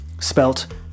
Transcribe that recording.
spelt